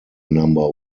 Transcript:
number